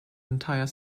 entire